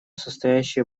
состоящие